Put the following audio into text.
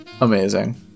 Amazing